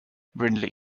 brindley